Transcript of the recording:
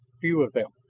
few of them.